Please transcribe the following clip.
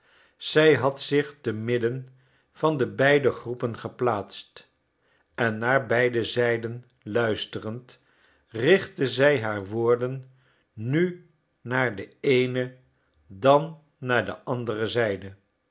zij had zich te midden van de beide groepen geplaatst en naar beide zijden luisterend richtte zij haar woorden nu naar de eene dan naar de andere zijde